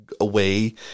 away